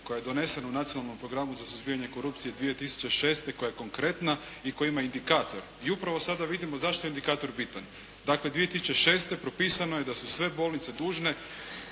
koja je donesena u Nacionalnom programu za suzbijanje korupcije 2006. koja je konkretna i koja ima indikator i upravo sada vidimo zašto je indikator bitan. Dakle, 2006. propisano je da su sve bolnice dužne